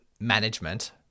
management